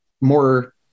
more